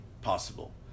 possible